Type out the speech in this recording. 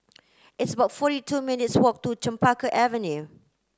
it's about forty two minutes' walk to Chempaka Avenue